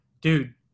dude